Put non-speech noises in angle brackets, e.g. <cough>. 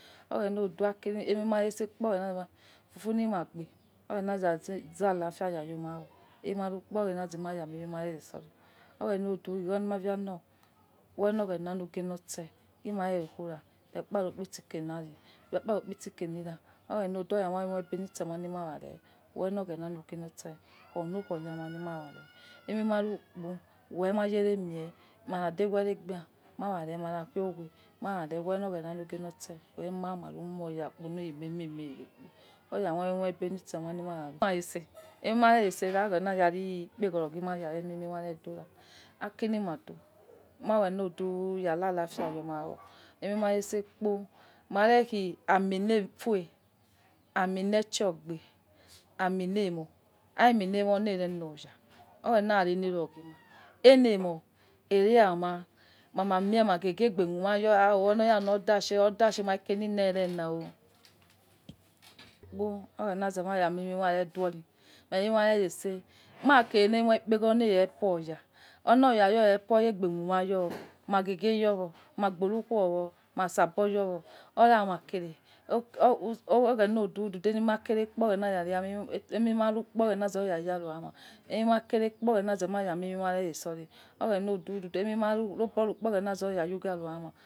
Oghena fufu lima agbe zalafia ya yoma wor emikpo oghena yaza ma mie ma ma re itsese oghena odu iya lima yalo oghena logire loseh ghie ma re no khuera okparo kpisike yama okparo kpisike lira oghene odudu oya kha mama me mo lobe na sama wewe loghena logiye lo itse kho lokho ya ma, we ma yere mie makha marache mahaghue mamhe wewe loghena logie loseh we mama weu ihoya weu ma mare rekpo owa kha meme aigbe reens, <hesitation> wa itse mare itse oghena re epeghoro lima mie maya redowa aki lima do mayo oghena du ralafia yomawo mare khi amie lefue aimel shegbe aimelemo are mielemo lere logha elemo erema mamie maghe oh oloyola or dashi ma eke liere lao <hesitation> kpo oghena zema mie nu ma reg duci mo mie mare itse, ma kuri elemoi ekpegho le help oya oloya kha help me ougbe khumayo aigbe khuma yowo ma gbo khu yowo mosia bo yowo ora ma kere oghena odudu enima kere kpo oghena yare ma emi ma oukpo oghena yazo yaro aima aimire kere kpo oghena zua mie mi mare itse ni, aimie ma sobo rakpo oghena zoya yughano iya ma.